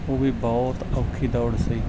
ਉਹ ਵੀ ਬਹੁਤ ਔਖੀ ਦੌੜ ਸੀ